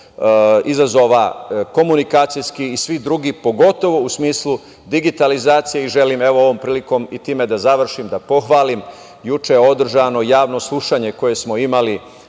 izazova komunikacijskih i svih drugih, pogotovo u smislu digitalizacije. Želim ovom prilikom, time i da završim, da pohvalim juče održano javno slušanje koje smo imali